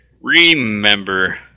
Remember